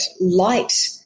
light